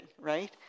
right